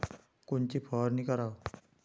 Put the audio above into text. कोनची फवारणी कराव?